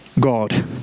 God